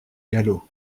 galop